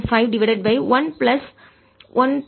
5 divided by 1 plus 1